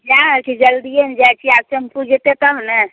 जा रहल छी जल्दिएमे जाइ छियै आ टेम्पू जेतै तब ने